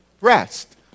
rest